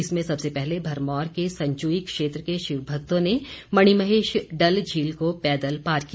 इसमें सबसे पहले भरमौर के संचुई क्षेत्र के शिव भक्तों ने मणिमहेश डलझील को पैदल पार किया